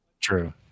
True